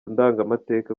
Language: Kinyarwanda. ndangamateka